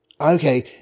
Okay